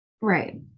Right